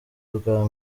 bwa